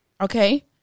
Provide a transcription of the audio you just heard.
Okay